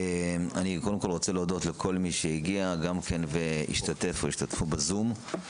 אני קודם כל רוצה להודות לכל מי שהגיע והשתתף או השתתפו בזום.